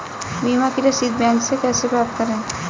बीमा की रसीद बैंक से कैसे प्राप्त करें?